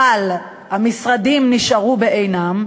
אבל המשרדים נשארו בעינם,